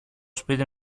σπίτι